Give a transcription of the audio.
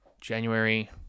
January